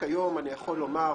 אני יכול לומר,